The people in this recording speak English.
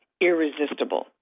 irresistible